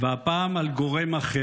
והפעם על גורם אחר.